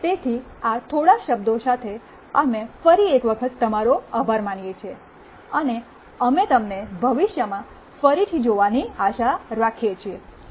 તેથી આ થોડા શબ્દો સાથે અમે ફરી એક વખત તમારો આભાર માનીએ છીએ અને અમે તમને ભવિષ્યમાં ફરીથી જોવાની આશા રાખીએ છીએ